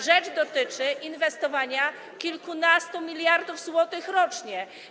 Rzecz dotyczy inwestowania kilkunastu miliardów złotych rocznie.